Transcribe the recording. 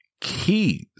keys